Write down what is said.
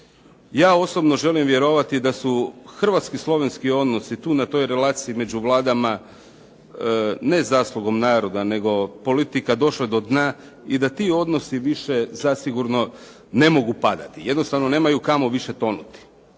ja osobno želim vjerovati da su hrvatsko-slovenski odnosi tu na toj relaciji među vladama, ne zaslugom naroda, nego politika došli do dna i da ti odnosi više zasigurno ne mogu padati. Jednostavno, nemaju kamo više tonuti.